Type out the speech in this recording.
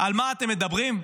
על מה אתם מדברים?